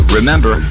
Remember